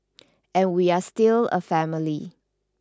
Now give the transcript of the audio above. and we are still a family